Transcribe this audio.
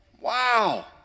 Wow